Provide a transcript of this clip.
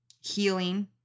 Healing